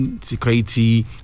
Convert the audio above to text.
security